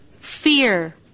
fear